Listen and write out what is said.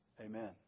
Amen